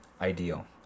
ideal